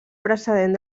precedent